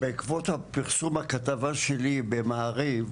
בעקבות הפרסום הכתבה שלי במעריב,